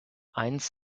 eins